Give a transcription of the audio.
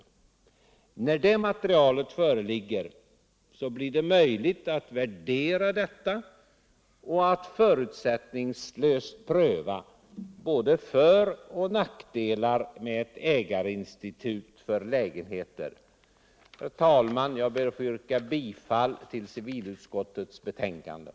När det materialet föreligger, blir det möjligt att värdera detta och att förutsättningslöst pröva både för och nackdelar med ett ägarinstitut för lägenheter. Herr talman! Jag ber att få yrka bifall till civilutskottets hemställan i betänkandet.